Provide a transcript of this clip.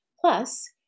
Plus